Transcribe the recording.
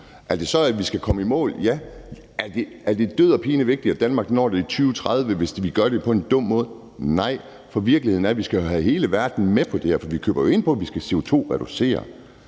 naturen. Skal vi så komme i mål? Ja. Er det død og pine vigtigt, at Danmark når det i 2030, hvis vi gør det på en dum måde? Nej. For virkeligheden er jo, at vi skal have hele verden med på det her. For vi køber jo ind på, at vi skal CO2-reducere.